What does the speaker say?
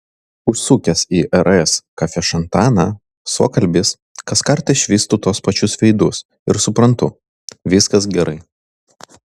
užsukęs į rs kafešantaną suokalbis kaskart išvystu tuos pačius veidus ir suprantu viskas gerai